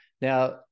now